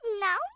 Now